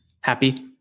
Happy